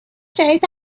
جدید